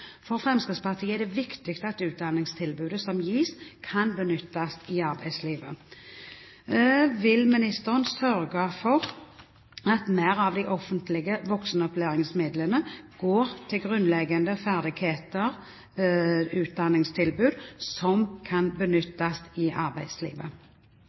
For Fremskrittspartiet er det viktig at utdanningstilbudet som gis, kan benyttes i arbeidslivet. Vil ministeren sørge for at mer av de offentlige voksenopplæringsmidlene går til grunnleggende ferdigheter – utdanningstilbud som kan